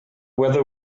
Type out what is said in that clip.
whether